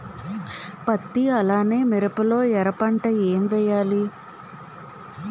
పత్తి అలానే మిరప లో ఎర పంట ఏం వేయాలి?